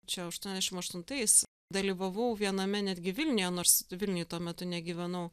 čia aštuoniasdešim aštuntais dalyvavau viename netgi vilniuje nors vilniuj tuo metu negyvenau